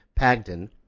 Pagden